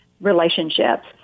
relationships